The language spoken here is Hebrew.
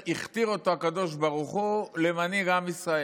הכתיר אותו הקדוש ברוך הוא למנהיג עם ישראל.